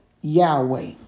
Yahweh